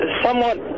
somewhat